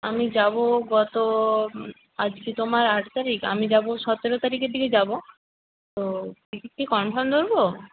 আমি যাব গত আজকে তোমার আট তারিখ আমি যাব সতেরো তারিখের দিকে যাব তো টিকিট কি কনফার্ম ধরবো